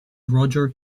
roger